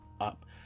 up